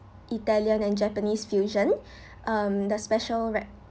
italian and japanese fusion um the special rep